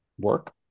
work